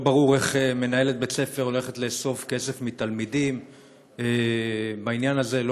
לא ברור איך מנהלת בית-ספר הולכת לאסוף כסף מתלמידים בעניין הזה.